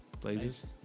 Blazers